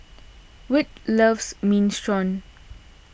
Wirt loves Minestrone